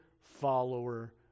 follower